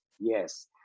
yes